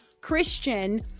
Christian